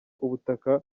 ubutaka